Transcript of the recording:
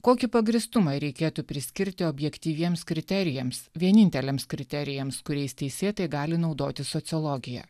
kokį pagrįstumą reikėtų priskirti objektyviems kriterijams vieninteliams kriterijams kuriais teisėtai gali naudotis sociologija